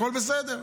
הכול בסדר.